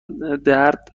درد